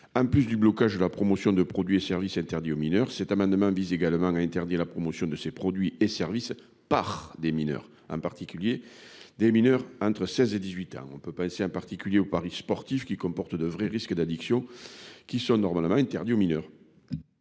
en plus du blocage de la promotion de produits et services interdits aux mineurs. Le présent amendement vise également à interdire la promotion de ces produits et services par des mineurs, en particulier des mineurs de 16 et 18 ans. On peut penser en particulier aux paris sportifs, qui comportent de vrais risques d'addiction et sont normalement interdits aux mineurs.